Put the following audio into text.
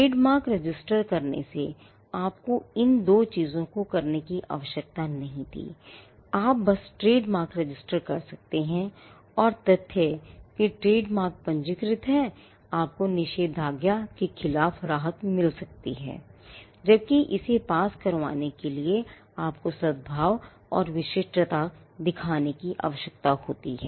trade mark register करने से आपको इन दो चीजों को करने की कोई आवश्यकता नहीं थी आप बस ट्रेड मार्क रजिस्टर कर सकते हैं और यह तथ्य कि ट्रेड मार्क पंजीकृत है आपको निषेधाज्ञा के खिलाफ राहत मिल सकती है जबकि इसे पास करवाने के लिए आपको सद्भाव और विशिष्टता दिखाने की आवश्यकता होती है